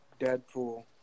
Deadpool